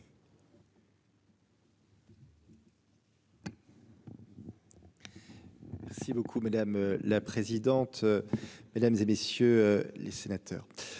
Merci beaucoup madame la présidente, mesdames et messieurs les sénateurs.